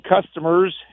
customers